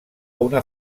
una